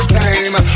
time